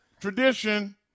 Tradition